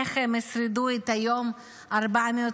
איך הם ישרדו את היום ה-410?